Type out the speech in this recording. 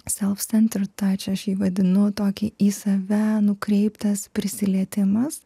silpstant ir tą aš jį vadinu tokį į save nukreiptas prisilietimas